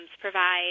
provide